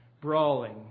brawling